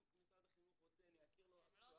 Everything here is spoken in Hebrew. אם משרד החינוך רוצה אני אכיר לו אקטוארים.